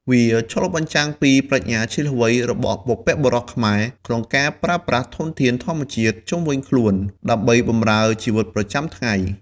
វាឆ្លុះបញ្ចាំងពីប្រាជ្ញាឈ្លាសវៃរបស់បុព្វបុរសខ្មែរក្នុងការប្រើប្រាស់ធនធានធម្មជាតិជុំវិញខ្លួនដើម្បីបម្រើជីវិតប្រចាំថ្ងៃ។